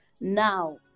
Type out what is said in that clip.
Now